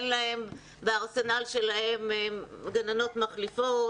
אין להן בארסנל שלהן גננות מחליפות.